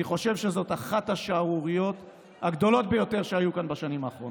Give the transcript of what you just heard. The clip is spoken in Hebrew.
אני חושב שזאת אחת השערוריות הגדולות ביותר שהיו כאן בשנים האחרונות.